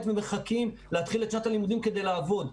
ומחכים להתחיל את שנת הלימודים כדי לעבוד.